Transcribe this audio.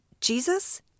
Jesus